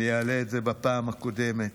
אני אעלה את זה בפעם הבאה.